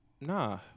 nah